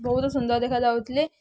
ବହୁତ ସୁନ୍ଦର ଦେଖାଯାଉଥିଲେ